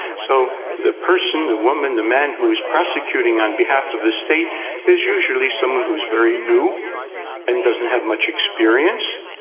so the person, the woman, the man who is prosecuting on behalf of the state is usually someone who is very new and doesn't have much experience,